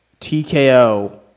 TKO